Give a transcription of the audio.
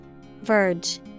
Verge